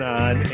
on